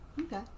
Okay